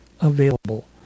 available